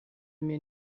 mir